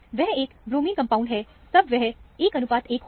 वह एक bromine compound है तब वह 11 अनुपात का होगा